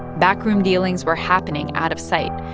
backroom dealings were happening out of sight.